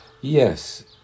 Yes